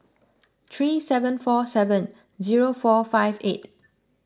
three seven four seven zero four five eight